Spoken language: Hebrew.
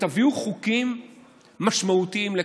ותביאו חוקים משמעותיים לכאן.